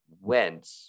went